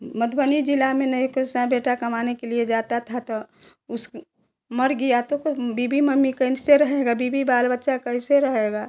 मधुबनी जिला में नाई किस्सा बेटा कमाने के लिए जाता था तो उसको मर गया तो बीबी मम्मी कैसे रहेगा बीबी बाल बच्चे कैसे रहेगा